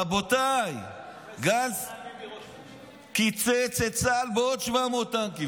רבותיי, גנץ קיצץ את צה"ל בעוד 700 טנקים.